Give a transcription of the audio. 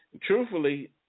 truthfully